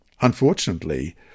Unfortunately